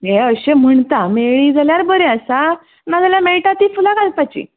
हे अशें म्हणटा मेळ्ळी जाल्यार बरें आसा नाजाल्यार मेळटा ती फुलां घालपाची